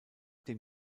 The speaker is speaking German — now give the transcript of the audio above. dem